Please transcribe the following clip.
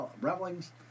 revelings